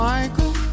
Michael